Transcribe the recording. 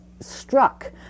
struck